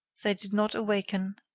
they did not awaken.